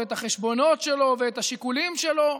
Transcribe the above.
את החשבונות שלו ואת השיקולים שלו,